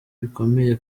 bikomeye